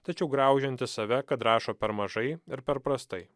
tačiau graužiantis save kad rašo per mažai ir per prastai